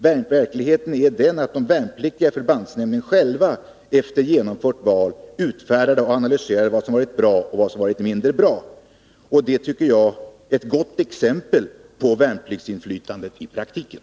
Verkligheten är den att de värnpliktiga i förbandsnämnden själva efter genomfört val utvärderade och analyserade vad som varit bra och vad som varit mindre bra. Det är, tycker jag, ett gott exempel på värnpliktsinflytande i praktiken.